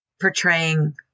portraying